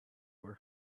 were